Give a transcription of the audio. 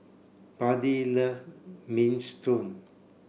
Buddy love Minestrone